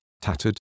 tattered